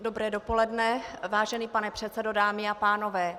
Dobré dopoledne, vážený pane předsedo, dámy a pánové.